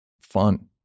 fun